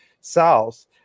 south